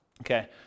Okay